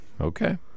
Okay